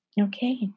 Okay